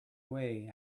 away